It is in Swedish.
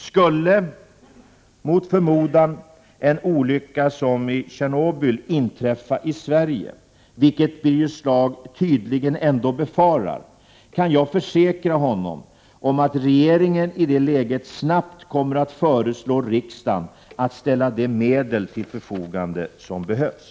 Skulle, mot förmodan, en olycka som i Tjernobyl inträffa i Sverige — vilket Birger Schlaug tydligen ändå befarar — kan jag försäkra honom om att regeringen i det läget snabbt kommer att föreslå riksdagen att ställa de medel till förfogande som behövs.